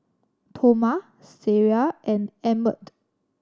Toma Sariah and Emmet